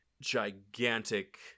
gigantic